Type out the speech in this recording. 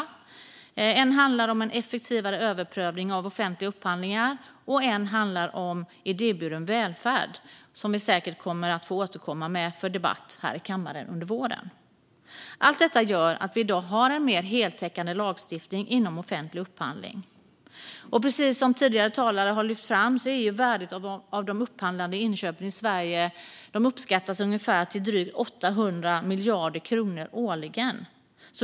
Den ena handlar om en effektivare överprövning av offentliga upphandlingar, den andra om idéburen välfärd. Vi kommer säkert att få debattera dem här i kammaren under våren. Allt detta gör att vi i dag har en mer heltäckande lagstiftning inom offentlig upphandling. Precis som tidigare talare har lyft fram uppskattas värdet av de upphandlade inköpen i Sverige till drygt 800 miljarder kronor årligen.